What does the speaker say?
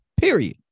period